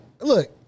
look